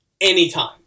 anytime